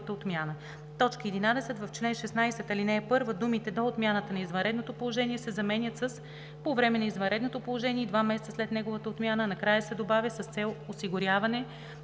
11. В чл. 16, ал. 1 думите „До отмяната на извънредното положение“ се заменят с „По време на извънредното положение и два месеца след неговата отмяна“, а накрая се добавя „с цел осигуряване